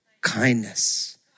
Kindness